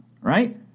right